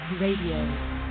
Radio